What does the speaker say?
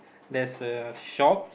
there's a shop